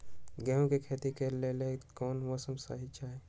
गेंहू के खेती के लेल कोन मौसम चाही अई?